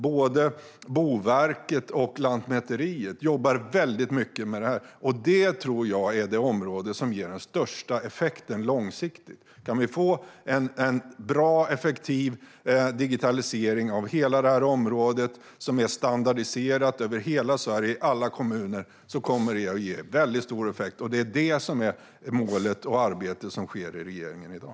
Både Boverket och Lantmäteriet jobbar mycket med detta, och jag tror att det är det område som ger den största effekten långsiktigt. Kan vi få en bra och effektiv digitalisering av hela detta område, som är standardiserad över hela Sverige och i alla kommuner, kommer det att ge väldigt stor effekt. Det är det som är målet för det arbete som sker i regeringen i dag.